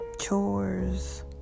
chores